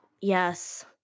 Yes